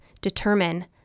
determine